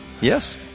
yes